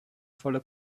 volle